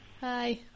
Hi